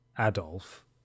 Adolf